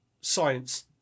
science